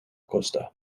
costa